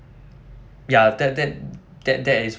ya that that that that is